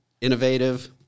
innovative